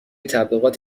تبلیغات